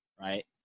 right